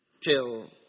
till